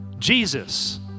Jesus